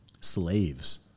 slaves